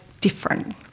different